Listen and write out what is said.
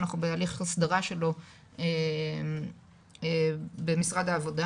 אנחנו בהליך הסדרה שלו במשרד העבודה